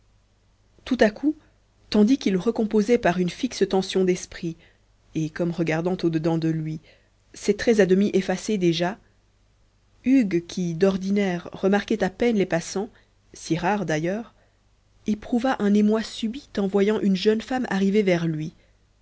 tout à coup tandis qu'il recomposait par une fixe tension desprit et comme regardant au dedans de lui ses traits à demi effacés déjà hugues qui d'ordinaire remarquait à peine les passants si rares d'ailleurs éprouva un émoi subit en voyant une jeune femme arriver vers lui